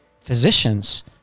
physicians